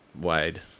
wide